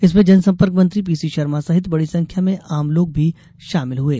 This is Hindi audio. इसमें जनसंपर्क मंत्री पीसी शर्मा सहित बड़ी संख्या में आमलोग भी शामिल हुये